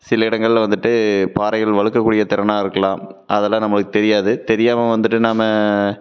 சில இடங்களில் வந்துட்டு பாறைகள் வழுக்கக்கூடிய திறனாக இருக்கலாம் அதலாம் நம்மளுக்கு தெரியாது தெரியாமல் வந்துட்டு நாம்